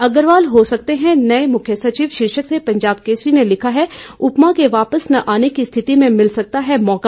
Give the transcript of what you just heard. अग्रवाल हो सकते हैं नए सचिव शीर्षक से पंजाब केसरी ने लिखा है उपमा के वापस न आने की स्थिति में मिल सकता है मौका